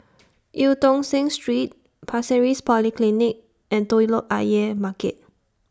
EU Tong Sen Street Pasir Ris Polyclinic and Telok Ayer Market